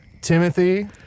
Timothy